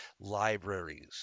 libraries